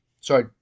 Sorry